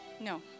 No